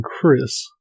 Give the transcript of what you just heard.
Chris